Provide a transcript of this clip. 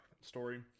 story